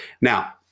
Now